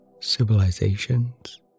civilizations